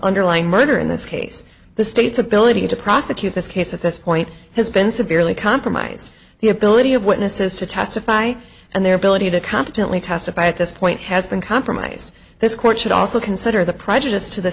underlying murder in this case the state's ability to prosecute this case at this point has been severely compromised the ability of witnesses to testify and their ability to competently testify at this point has been compromised this court should also consider the prejudice to the